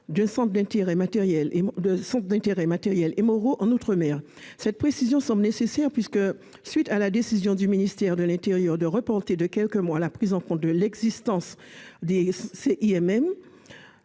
d'un centre des intérêts matériels et moraux outre-mer. Une telle précision semble nécessaire, puisque, à la suite de la décision du ministère de l'intérieur de reporter de quelques mois la prise en compte de l'existence des CIMM